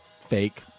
fake